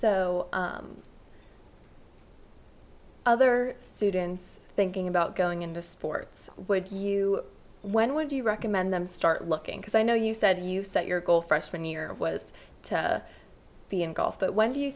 so other students thinking about going into sports would you when would you recommend them start looking because i know you said you set your goal freshman year was to be in golf but when do you